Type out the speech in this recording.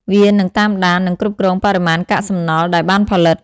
វានឹងតាមដាន និងគ្រប់គ្រងបរិមាណកាកសំណល់ដែលបានផលិត។